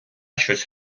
щось